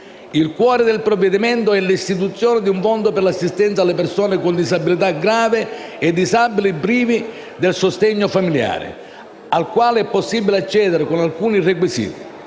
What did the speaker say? Il cuore del provvedimento è l'istituzione di un Fondo per l'assistenza alle persone con disabilità grave e ai disabili prive del sostegno familiare, al quale è possibile accedere con alcuni requisiti.